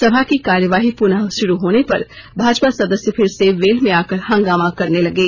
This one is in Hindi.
सभा की कार्यवाही पुनः शुरू होने पर भाजपा सदस्य फिर सेवेल में आकर हंगामा करने लगे